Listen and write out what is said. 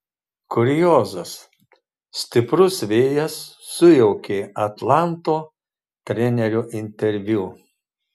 kuriozas stiprus vėjas sujaukė atlanto trenerio interviu